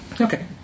Okay